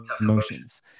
emotions